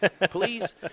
please